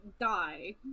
die